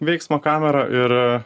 veiksmo kamerą ir